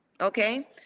Okay